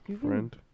Friend